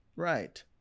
Right